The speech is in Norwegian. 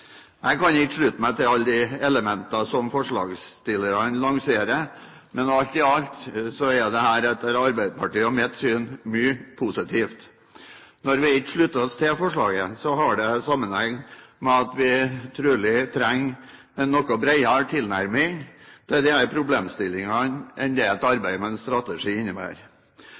Jeg kan ikke slutte meg til alle de elementene som forslagsstillerne lanserer, men alt i alt er det – etter Arbeiderpartiets og mitt syn – mye positivt. Når vi ikke slutter oss til forslaget, har det sammenheng med at vi trolig trenger en noe bredere tilnærming til disse problemstillingene enn det et arbeid med en strategi